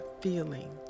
feeling